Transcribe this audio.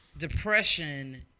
Depression